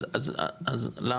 אז למה?